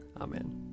Amen